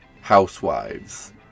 housewives